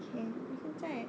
okay 现在